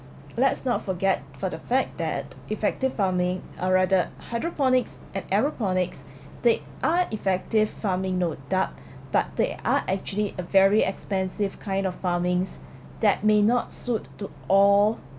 let's not forget for the fact that effective farming or rather hydroponics and aeroponics they are effective farming no doubt but they are actually a very expensive kind of farmings that may not suit to all